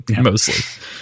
Mostly